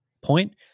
point